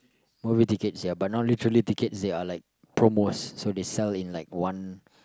movie tickets ya but now literal tickets they are like promos so they sell in one